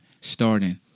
starting